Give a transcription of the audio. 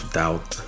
doubt